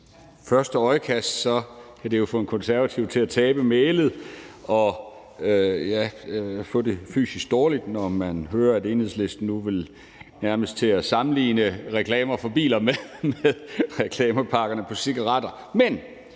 første øjekast kan det jo få en konservativ til at tabe mælet og få det fysisk dårligt, når man hører, at Enhedslisten nu nærmest vil til at sammenligne reklamer for biler med reklamer for cigaretter.